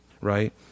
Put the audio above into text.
right